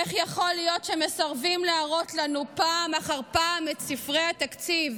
איך יכול להיות שפעם אחר פעם מסרבים להראות לנו את ספרי התקציב?